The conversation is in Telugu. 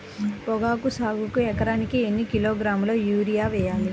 పొగాకు సాగుకు ఎకరానికి ఎన్ని కిలోగ్రాముల యూరియా వేయాలి?